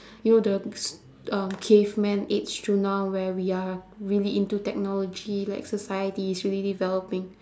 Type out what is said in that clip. you know the s~ um caveman age to now where we are really into technology like society is really developing